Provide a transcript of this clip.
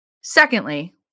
Secondly